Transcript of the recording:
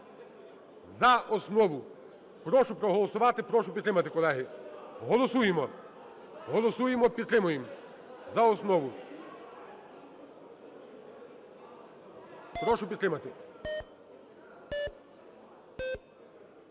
За основу. Прошу проголосувати. Прошу підтримати, колеги. Голосуємо. Голосуємо. Підтримуємо. За основу. Прошу підтримати.